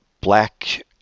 black